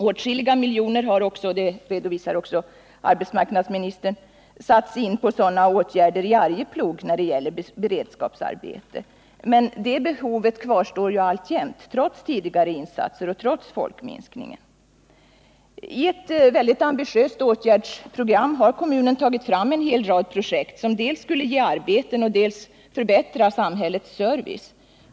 Åtskilliga miljoner — det redovisade även arbetsmarknadsministern — har också satts in på sådana åtgärder i Arjeplog när det gäller beredskapsarbete, men behovet av sådana arbeten kvarstår alltjämt, trots tidigare insatser och trots folkminskningen. I ett mycket ambitiöst åtgärdsprogram har kommunen tagit fram en hel rad projekt som dels skulle ge arbeten, dels förbättra samhällets service.